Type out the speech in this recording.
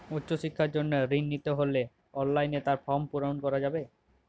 উচ্চশিক্ষার জন্য ঋণ নিতে হলে কি অনলাইনে তার ফর্ম পূরণ করা যাবে?